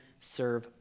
serve